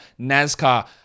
NASCAR